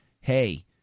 hey